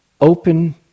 open